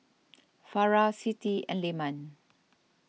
Farah Siti and Leman